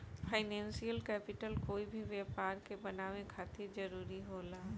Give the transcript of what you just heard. financial capital कोई भी व्यापार के बनावे खातिर जरूरी होला